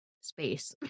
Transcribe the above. space